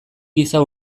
giza